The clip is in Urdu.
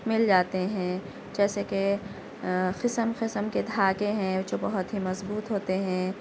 مل جاتے ہی جیسے کہ قسم قسم کے دھاگے ہیں جو بہت ہی مضبوط ہوتے ہیں